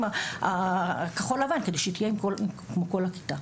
החגיגיים כדי שהיא תהיה עם כל הכיתה.